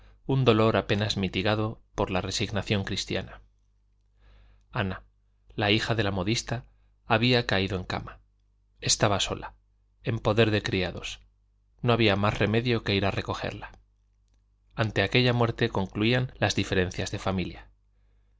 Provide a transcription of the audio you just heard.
un dolor apenas mitigado por la resignación cristiana ana la hija de la modista había caído en cama estaba sola en poder de criados no había más remedio que ir a recogerla ante aquella muerte concluían las diferencias de familia